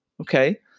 okay